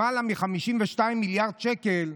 למעלה מ-52 מיליארד שקל,